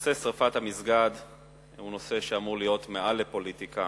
נושא שרפת המסגד אמור להיות מעל לפוליטיקה